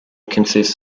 consists